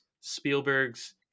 Spielberg's